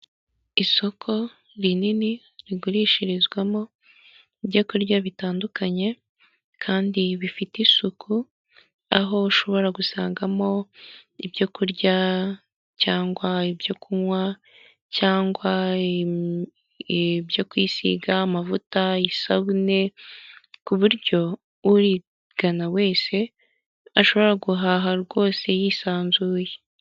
Isoko rinini rigurishirizwamo ibyo kurya bitandukanye kandi bifite isuku, aho ushobora gusangamo ibyo kurya cyangwa ibyo kunywa cyangwa ibyo kwisiga, amavuta y'isabune ku buryo urigana wese ashobora guhaha rwose yisanzuye.